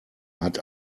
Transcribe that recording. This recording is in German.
hat